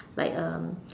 like um